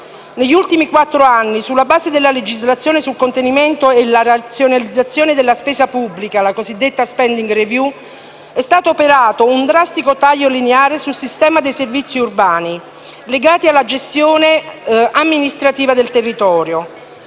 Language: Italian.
Negli ultimi quattro anni, sulla base della legislazione sul contenimento e la razionalizzazione della spesa pubblica (la cosiddetta *spending review*), è stato operato un drastico taglio lineare sul sistema dei servizi urbani legati alla gestione amministrativa del territorio.